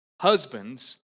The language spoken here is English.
Husbands